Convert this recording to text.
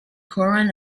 koran